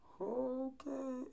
okay